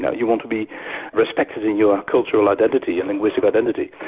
know, you want to be respected in your cultural identity and linguistic identity.